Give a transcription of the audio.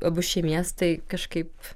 abu šie miestai kažkaip